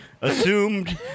assumed